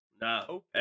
No